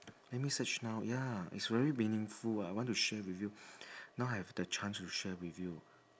let me search now ya it's very meaningful ah I want to share with you now I have the chance to share with you